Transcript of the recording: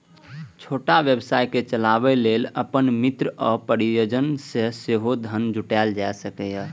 छोट व्यवसाय कें चलाबै लेल अपन मित्र आ परिजन सं सेहो धन जुटायल जा सकैए